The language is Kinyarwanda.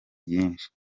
byinshi